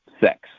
sex